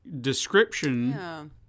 description